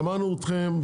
שמענו אתכם,